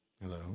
Hello